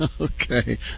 Okay